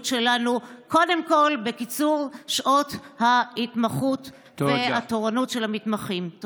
שלנו קודם כול בקיצור שעות ההתמחות והתורנות של המתמחים.